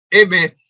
Amen